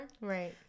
right